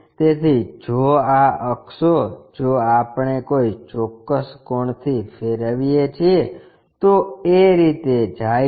તેથી જો આ અક્ષો જો આપણે કોઈ ચોક્કસ કોણથી ફેરવીએ છીએ તો એ તે રીતે જાય છે